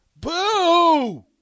Boo